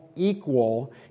equal